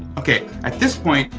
okay, at this point,